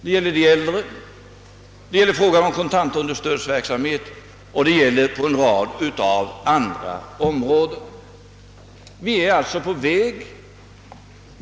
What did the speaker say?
Det gäller de äldre, det gäller frågan om kontantunderstödsverksamheten och det gäller åtgärder på en rad andra områden. Vi är alltså på väg.